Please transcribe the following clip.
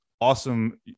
awesome